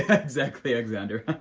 exactly alexander.